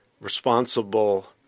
responsible